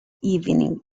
evening